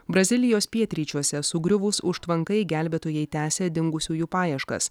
brazilijos pietryčiuose sugriuvus užtvankai gelbėtojai tęsia dingusiųjų paieškas